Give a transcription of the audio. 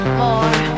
more